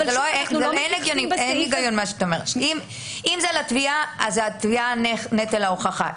אם זה על התביעה, על התביעה נטל ההוכחה.